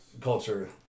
culture